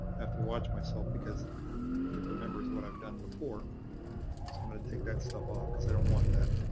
have to watch myself because it remembers what i've done before. so i'm going to take that stuff off because i don't want that.